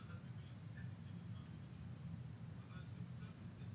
לא כתב אישום ולא חקירות ולא הרשעות וכו' וכו' וכו'.